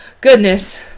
Goodness